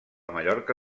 mallorca